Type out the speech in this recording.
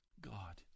God